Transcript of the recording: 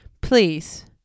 Please